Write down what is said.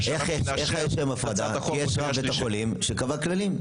שהצעת החוק תעבור בקריאה שנייה ושלישית?